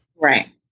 Right